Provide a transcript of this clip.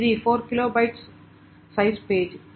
ఇది 4 KB size page